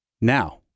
Now